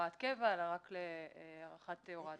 הוראת קבע, אלא רק הארכת הוראת השעה.